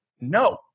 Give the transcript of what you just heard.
No